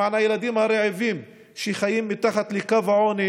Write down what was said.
למען הילדים הרעבים שחיים מתחת לקו העוני